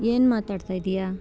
ಏನು ಮಾತಾಡ್ತಾ ಇದ್ದೀಯ